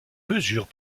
mesures